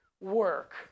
work